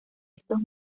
estos